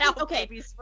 okay